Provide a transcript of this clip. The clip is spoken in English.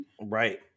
Right